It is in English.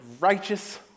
righteous